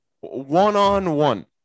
one-on-one